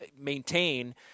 maintain